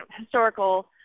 historical